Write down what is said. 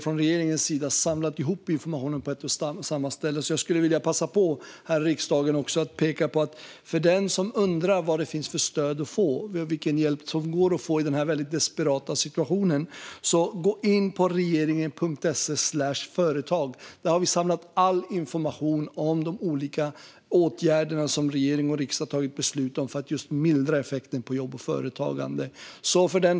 Regeringen har nu samlat ihop informationen på ett och samma ställe, så jag vill passa på här i riksdagen att uppmana dem som undrar vad det finns för stöd och hjälp att få i denna väldigt desperata information att gå in på regeringen.se/företag. Där har vi samlat all information om de olika åtgärder som regering och riksdag tagit beslut om för att just mildra effekten på jobb och företagande.